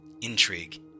intrigue